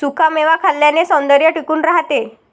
सुखा मेवा खाल्ल्याने सौंदर्य टिकून राहते